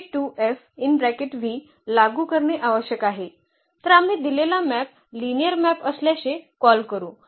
तर आम्ही दिलेला मॅप लिनिअर मॅप असल्याचे कॉल करू